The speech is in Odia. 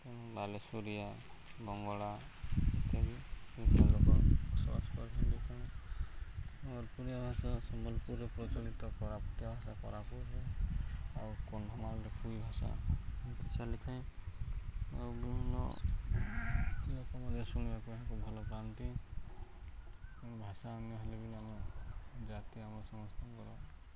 ବାଲେଶୋରିଆ ବଙ୍ଗଳା ଇତ୍ୟାଦି ବିଭିନ୍ନ ସମ୍ବଲପୁରୀଆ ଭାଷା ସମ୍ବଲପୁରରେ ପ୍ରଚଳିତ କୋରାପୁଟିଆ ଭାଷା କୋରାପୁଟ ଆଉ କନ୍ଧମାଳପୁରୀ ଭାଷା ଏମିତି ଚାଲି ଥାଏ ଆଉ ବିଭିନ୍ନ ଲୋକମାନେ ଶୁଣିବାକୁ ଏହାକୁ ଭଲ ପାଆନ୍ତି ଭାଷା ଅନ୍ୟ ହେଲେ ବି ଆମେ ଜାତି ଆମ ସମସ୍ତଙ୍କର